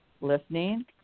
listening